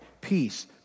peace